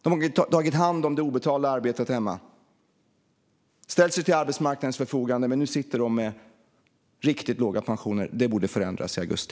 De har tagit hand om det obetalda arbetet hemma och ställt sig till arbetsmarknadens förfogande. Men nu sitter de med riktigt låga pensioner. Det borde förändras i augusti.